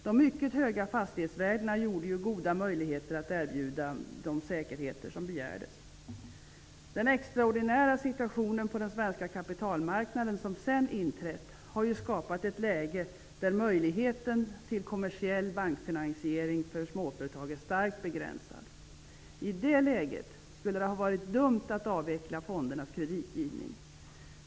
De mycket höga fastighetsvärdena utgjorde goda möjligheter att erbjuda de säkerheter som begärdes. Den extraordinära situationen på den svenska kapitalmarknaden som sedan inträtt har skapat ett läge där möjligheten till kommersiell bankfinansiering för småföretag är starkt begränsad. I det läget skulle det ha varit dumt att avveckla fondernas kreditgivning.